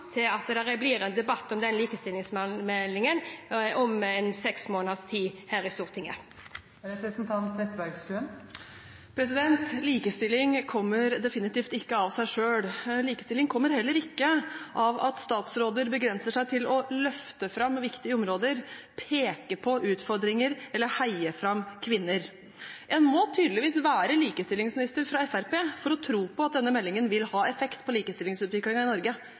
til debatten om likestillingsmeldingen om en seks måneders tid her i Stortinget. Likestilling kommer definitivt ikke av seg selv. Likestilling kommer heller ikke av at statsråder begrenser seg til å løfte fram viktige områder, peke på utfordringer eller heie fram kvinner. En må tydeligvis være likestillingsminister fra Fremskrittspartiet for å tro på at denne meldingen vil ha effekt på likestillingsutviklingen i Norge.